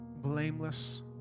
Blameless